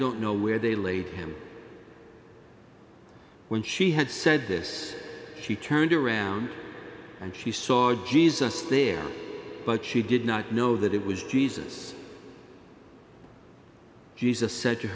don't know where they laid him when she had said this she turned around and she saw our jesus there but she did not know that it was jesus jesus said to